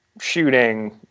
shooting